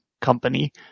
company